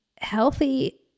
healthy